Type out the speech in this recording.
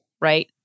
right